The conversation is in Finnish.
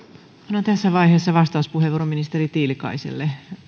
annan tässä vaiheessa vastauspuheenvuoron ministeri tiilikaiselle